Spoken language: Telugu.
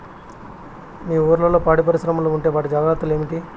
మీ ఊర్లలో పాడి పరిశ్రమలు ఉంటే వాటి జాగ్రత్తలు ఏమిటి